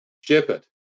shepherd